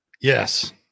Yes